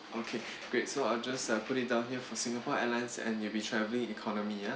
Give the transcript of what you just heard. okay great so I'll just uh put it down here for singapore airlines and you'll be travelling economy ah